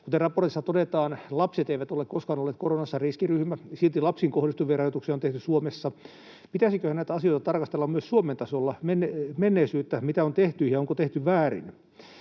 Kuten raportissa todetaan, lapset eivät ole koskaan olleet koronassa riskiryhmä. Silti lapsiin kohdistuvia rajoituksia on tehty Suomessa. Pitäisiköhän näitä asioita tarkastella myös Suomen tasolla, menneisyyttä, mitä on tehty ja onko tehty väärin?